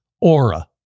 Aura